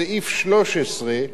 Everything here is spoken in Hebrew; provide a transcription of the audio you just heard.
בסעיף 13,